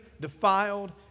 defiled